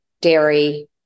dairy